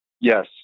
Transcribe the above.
Yes